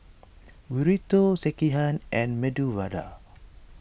Burrito Sekihan and Medu Vada